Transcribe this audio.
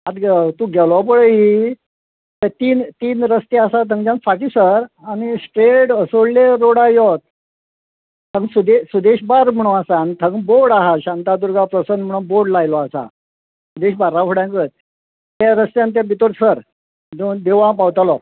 आत ग तूं गेलो पळय ते तीन तीन रस्ते आसा थंयच्यान फाटीं सर आनी स्ट्रेट असोळडे रोडा यो थंग सुदे सुदेश बार म्हणू आसा आनी थंग बोर्ड आसा शांतादुर्गा प्रसन्न म्हणू बोर्ड लायल्लो आसा सुदेश बार्रा फुड्यांकच त्या रस्त्यान ते भितोर सर दोन देवळां पावतलो